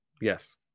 Yes